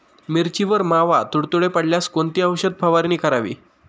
मिरचीवर मावा, तुडतुडे पडल्यास कोणती औषध फवारणी करावी?